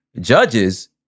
judges